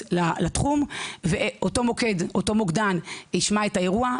לתחום ואותו מוקדן ישמע את האירוע,